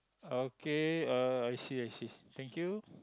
okay uh I see I see thank you